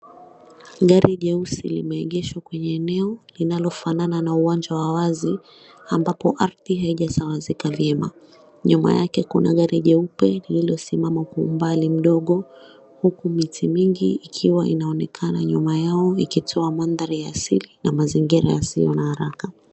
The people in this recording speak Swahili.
Gari jeusi limeegeshwa kwenye eneo linalofanana na uwanja wa wazi ambapo ardhi haijasawazika vyema. Nyuma yake kuna gari jeupe lililosimama kwa umbali mdogo, huku miti mingi ikiwa inaonekana nyuma yao ikitoa mandhari ya asili na mazingira yasiyo na haraka.